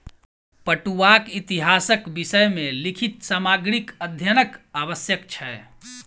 पटुआक इतिहासक विषय मे लिखित सामग्रीक अध्ययनक आवश्यक छै